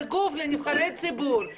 זה גוף עם נבחרי ציבור.